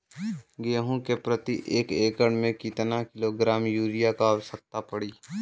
गेहूँ के प्रति एक एकड़ में कितना किलोग्राम युरिया क आवश्यकता पड़ी?